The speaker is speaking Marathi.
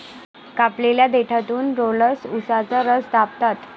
कापलेल्या देठातून रोलर्स उसाचा रस दाबतात